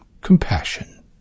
compassion